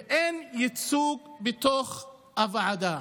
ואין ייצוג בתוך הוועדה.